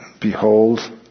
behold